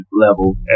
level